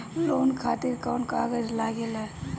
Loan खातिर कौन कागज लागेला?